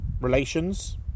relations